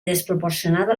desproporcionada